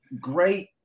great